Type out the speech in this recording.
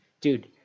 dude